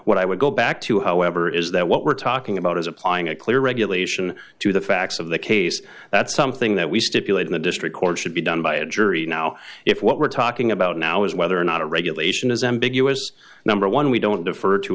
what i would go back to however is that what we're talking about is applying a clear regulation to the facts of the case that something that we stipulate in a district court should be done by a jury now if what we're talking about now is whether or not a regulation is ambiguous number one we don't d